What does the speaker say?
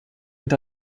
mit